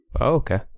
Okay